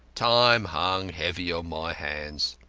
time hung heavy on my hands.